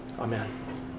Amen